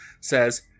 says